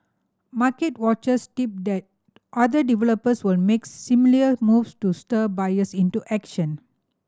market watchers tip that other developers will make similar moves to stir buyers into action